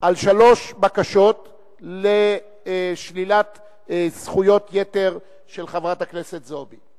על שלוש בקשות לשלילת זכויות יתר של חברת הכנסת זועבי.